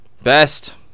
best